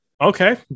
okay